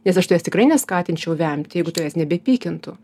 nes aš taves tikrai ne skatinčiau vemti jeigu tavęs nebepykintų